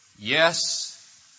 Yes